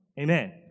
Amen